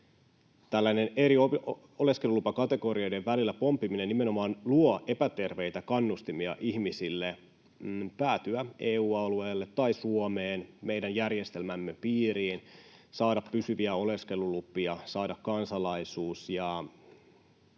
Tällainen eri oleskelulupakategorioiden välillä pomppiminen nimenomaan luo epäterveitä kannustimia ihmisille päätyä EU-alueelle tai Suomeen, meidän järjestelmämme piiriin, saada pysyviä oleskelulupia, saada kansalaisuus ja